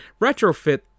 retrofit